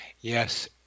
yes